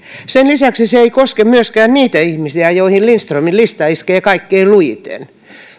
sen lisäksi se ei koske myöskään niitä ihmisiä joihin lindströmin lista iskee kaikkein lujiten